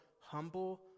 humble